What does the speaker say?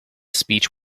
speech